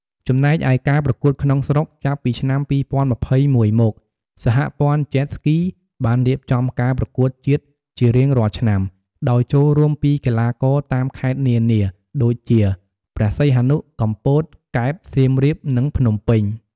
ចំណែកឯការប្រកួតក្នុងស្រុក ចាប់ពីឆ្នាំ ២០២១មក សហព័ន្ធ Jet Ski បានរៀបចំការប្រកួតជាតិជារៀងរាល់ឆ្នាំដោយចូលរួមពីកីឡាករតាមខេត្តនានា ដូចជា ព្រះសីហនុ កំពត កែប សៀមរាប និងភ្នំពេញ។